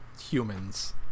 humans